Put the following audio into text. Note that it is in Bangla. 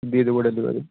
দিয়ে দেবো ডেলিভারি